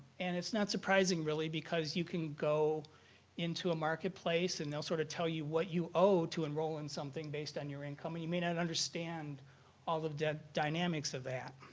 and it's not surprising really because you can go into a marketplace and they'll sort of tell you what you owe to enroll in something based on your income and you may not understand all of the dynamics of that.